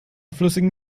flüssigen